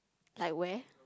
like where